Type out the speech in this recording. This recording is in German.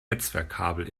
netzwerkkabel